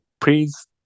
Please